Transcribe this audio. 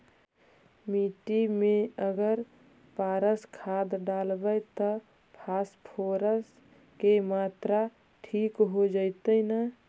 मिट्टी में अगर पारस खाद डालबै त फास्फोरस के माऋआ ठिक हो जितै न?